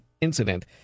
incident